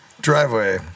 driveway